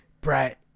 brett